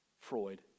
Freud